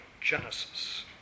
Genesis